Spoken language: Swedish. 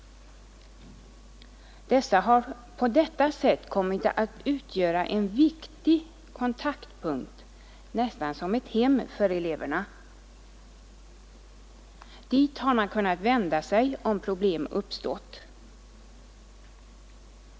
Dessa har därigenom kommit att utgöra en viktig kontaktpunkt, nästan som ett hem för eleverna. Dit har man kunnat vända sig, om problem har uppstått.